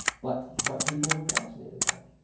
but but people were fascinated by it.